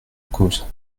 cause